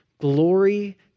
glory